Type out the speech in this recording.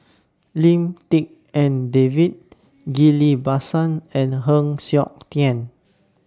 Lim Tik En David Ghillie BaSan and Heng Siok Tian